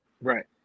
right